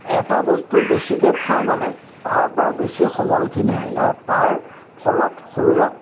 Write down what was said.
এটা বস্তু বেছিকৈ খোৱা মানে তাৰ পৰা বেছি সমলখিনি আহিলে আৰু তাৰ ফলত শৰীৰত